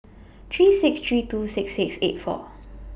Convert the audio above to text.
three six three two six six eight four